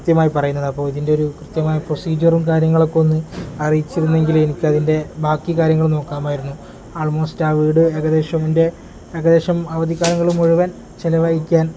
കൃത്യമായി പറയുന്നത് അപ്പോൾ ഇതിൻ്റെ ഒരു കൃത്യമായ പ്രൊസീജിയറും കാര്യങ്ങളൊക്കെ ഒന്ന് അറിയിച്ചിരുന്നെങ്കിൽ എനക്ക് അതിൻ്റെ ബാക്കി കാര്യങ്ങൾ നോക്കാമായിരുന്നു ആൾമോസ്റ്റ് ആ വീട് ഏകദേശം എൻ്റെ ഏകദേശം അവധിക്കാലങ്ങളും മുഴുവൻ ചിലവഴിക്കാൻ